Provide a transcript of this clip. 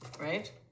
right